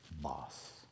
boss